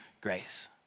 grace